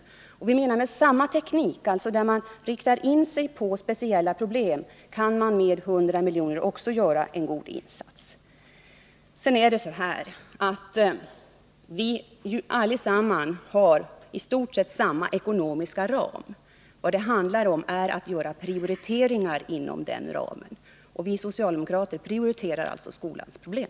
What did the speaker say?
Vi tror att man med samma teknik, där man riktar in sig på speciella problem, kan göra en god insats med 100 miljoner. Sedan är det ju så att vi allesammans har i stort sett samma ekonomiska ram, men vad det handlar om är att göra prioriteringar inom den ramen. Vi socialdemokrater prioriterar alltså skolans problem.